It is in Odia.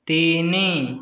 ତିନି